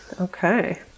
Okay